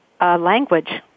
language